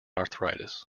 arthritis